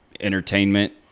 entertainment